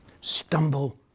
stumble